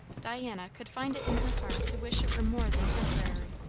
diana could find it in her heart to wish it were more than temporary.